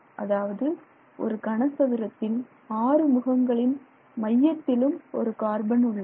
அதாவது ஒரு கன சதுரத்தின் ஆறு முகங்களின் மையத்திலும் ஒரு கார்பன் உள்ளது